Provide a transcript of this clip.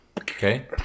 Okay